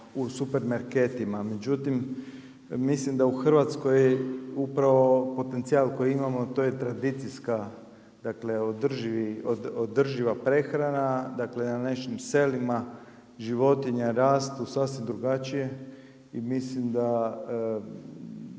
u supermarketima, međutim mislim da u Hrvatskoj upravo potencijal koji imamo to je tradicijska, dakle održiva prehrana, dakle na našim selima životinje rastu sasvim drugačije i mislim da